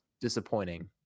disappointing